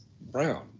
brown